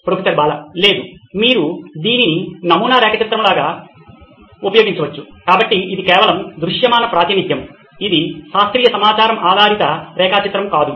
professor Bala లేదు మీరు దీనిని నమూనా రేఖా చిత్రం లాగా ఉపయోగించవచ్చు కాబట్టి ఇది కేవలం దృశ్యమాన ప్రాతినిధ్యం ఇది శాస్త్రీయ సమాచారం ఆధారిత రేఖా చిత్రం కాదు